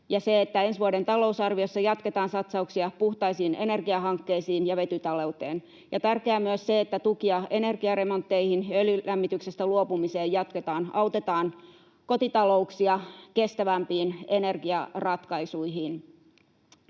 ja että ensi vuoden talousarviossa jatketaan satsauksia puhtaisiin energiahankkeisiin ja vetytalouteen. Tärkeää on myös se, että tukia energiaremontteihin ja öljylämmityksestä luopumiseen jatketaan, autetaan kotitalouksia kestävämpiin energiaratkaisuihin,